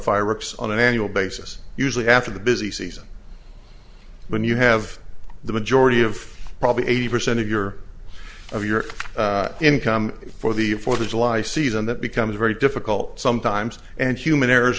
fireworks on an annual basis usually after the busy season when you have the majority of probably eighty percent of your of your income for the fourth of july season that becomes very difficult sometimes and human error